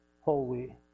holy